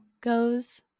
goes